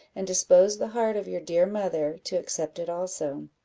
and dispose the heart of your dear mother to accept it also.